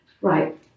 Right